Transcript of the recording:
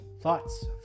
Thoughts